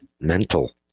mental